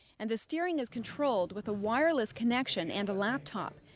and the steering is controlled with a wireless connection and a laptop,